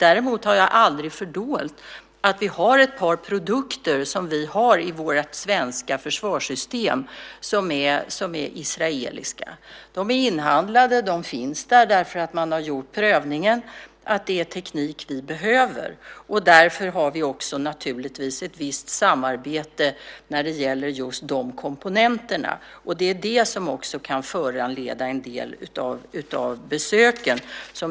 Jag har aldrig fördolt att vi har ett par produkter i vårt svenska försvarssystem som är israeliska. De är inhandlade, de finns där därför att man har gjort prövningen att det är den teknik vi behöver. Därför har vi naturligtvis också ett visst samarbete i fråga om just de komponenterna. Det är det som också kan föranleda en del av besöken.